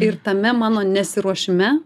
ir tame mano nesiruošme